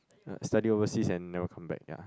uh study overseas and never come back ya